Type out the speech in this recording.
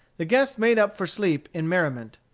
the guests made up for sleep in merriment.